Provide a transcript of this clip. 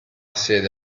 sede